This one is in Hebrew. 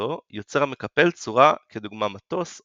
במסגרתו יוצר המקפל צורה כדוגמת מטוס,